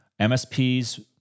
MSPs